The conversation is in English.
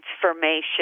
transformation